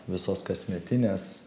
visos kasmetinės